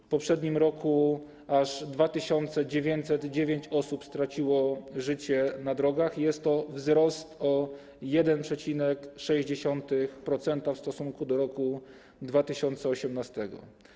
W poprzednim roku aż 2909 osób straciło życie na drogach i jest to wzrost o 1,6% w stosunku do roku 2018.